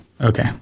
Okay